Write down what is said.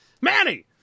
Manny